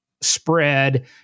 spread